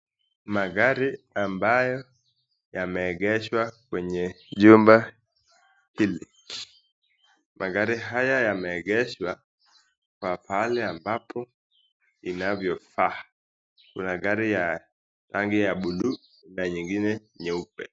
Magari ambayo yameegeshwa kwenye jumba hili. Magari haya yameegeshwa kwa pahali ambapo inavyofaa. Kuna gari ya rangi ya bluu na nyingine nyeupe.